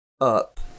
up